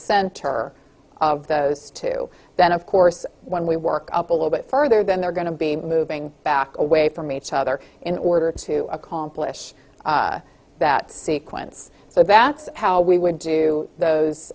center of those two then of course when we work up a little bit further then they're going to be moving back away from each other in order to accomplish that sequence so that's how we would